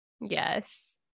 Yes